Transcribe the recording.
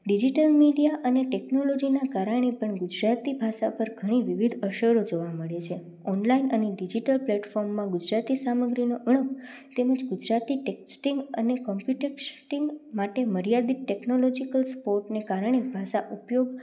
digital media અને ટેકનોલોજીના કારણે પણ ગુજરાતી ભાષા પર ઘણી વિવિધ અસરો જોવા મળી છે ઓનલાઈન અને ડિજીટલ પ્લેટફોર્મમાં ગુજરાતી સામગ્રીનો અણુ તેમજ ગુજરાતી ટેક્સટિંગ અને કોમ્પી ટેક્સટિંગ માટે મર્યાદિત ટેક્નોલોજીકલ્સ સપોર્ટને કારણે ભાષા ઉપયોગ